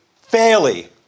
fairly